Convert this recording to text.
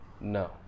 No